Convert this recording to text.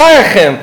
בחייכם,